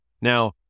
Now